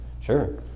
Sure